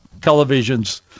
television's